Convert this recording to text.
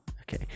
okay